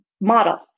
model